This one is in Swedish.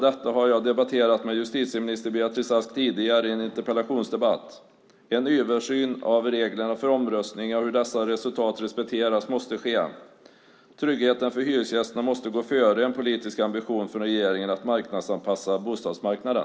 Detta har jag debatterat med justitieminister Beatrice Ask tidigare i en interpellationsdebatt. En översyn av reglerna för omröstningar och hur dessa resultat respekteras måste ske. Tryggheten för hyresgäster måste gå före en politisk ambition från regeringen att marknadsanpassa bostadsmarknaden.